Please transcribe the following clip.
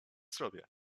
zrobię